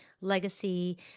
legacy